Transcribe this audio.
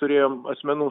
turėjom asmenų